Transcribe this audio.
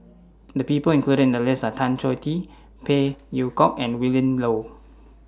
The People included in The list Are Tan Choh Tee Phey Yew Kok and Willin Low